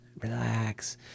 relax